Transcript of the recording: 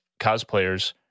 cosplayers